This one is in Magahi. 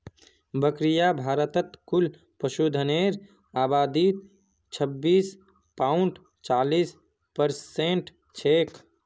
बकरियां भारतत कुल पशुधनेर आबादीत छब्बीस पॉइंट चालीस परसेंट छेक